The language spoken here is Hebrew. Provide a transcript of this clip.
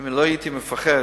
אם לא הייתי מפחד,